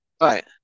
right